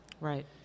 right